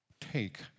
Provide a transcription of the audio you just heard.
take